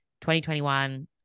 2021